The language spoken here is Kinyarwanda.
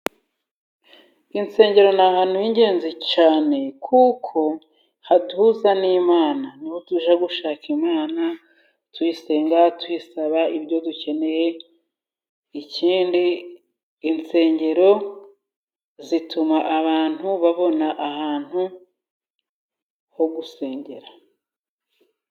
Insengero ni ahantu h'ingenzi cyane kuko haduhuza n'Imana, nk'iyo tugiye gushaka Imana tuyisenga, tuyisaba ibyo dukeneye. ikindi insengero zituma abantu babona ahantu ho gusengera.